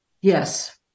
yes